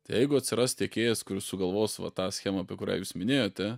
tai jeigu atsiras tiekėjas kuris sugalvos va tą schemą apie kurią jūs minėjote